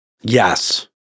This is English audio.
Yes